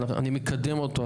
אני מקדם אותו,